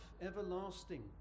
everlasting